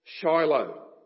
Shiloh